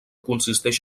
consisteix